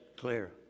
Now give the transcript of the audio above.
clear